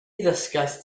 ddysgaist